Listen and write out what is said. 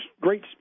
great